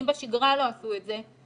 אם בשגרה לא עשו את זה,